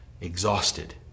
exhausted